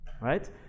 right